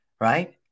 right